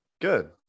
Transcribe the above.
Good